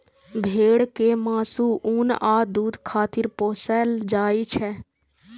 भेड़ कें मासु, ऊन आ दूध खातिर पोसल जाइ छै